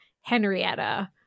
henrietta